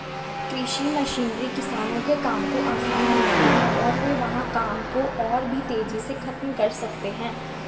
कृषि मशीनरी किसानों के काम को आसान बनाती है और वे वहां काम को और भी तेजी से खत्म कर सकते हैं